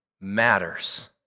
matters